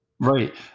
right